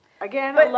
Again